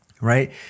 Right